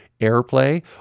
Airplay